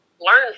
learn